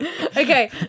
Okay